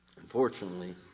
Unfortunately